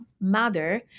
mother